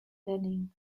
deadening